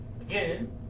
Again